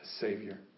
Savior